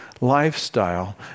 lifestyle